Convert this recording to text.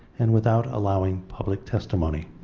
and without allowing public testimony.